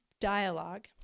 dialogue